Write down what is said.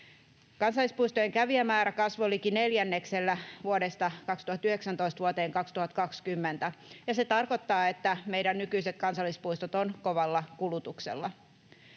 Kansallispuistojen kävijämäärä kasvoi liki neljänneksellä vuodesta 2019 vuoteen 2020, ja se tarkoittaa, että meidän nykyiset kansallispuistot ovat kovalla kulutuksella.